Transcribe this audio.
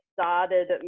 started